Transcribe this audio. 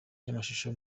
ry’amashusho